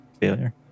failure